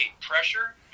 pressure